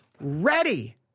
ready